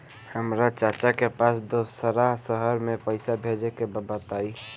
हमरा चाचा के पास दोसरा शहर में पईसा भेजे के बा बताई?